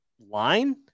line